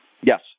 Yes